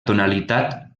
tonalitat